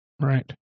Right